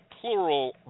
plural